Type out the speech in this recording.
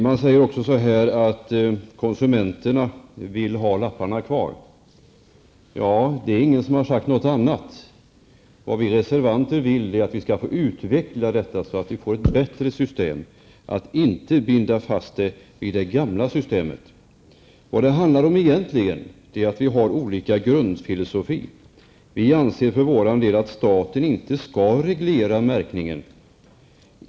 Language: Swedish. Vidare sägs det att konsumenterna vill att systemet med prislappar skall vara kvar. Ja, ingen har sagt något annat. Vad vi reservanter vill ha är en vidareutveckling här, så att vi får ett bättre system. Det gäller att inte hålla fast vid det gamla systemet. Vad det egentligen handlar om är att vi har olika grundfilosofi. Staten skall inte detaljreglera märkningen.